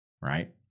right